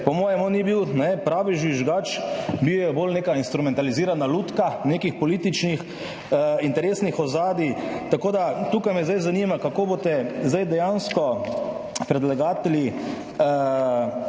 po mojem on ni bil pravi žvižgač, bil je bolj neka instrumentalizirana lutka nekih političnih interesnih ozadij. Tukaj me zanima, kako boste zdaj dejansko predlagatelji